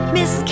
Miss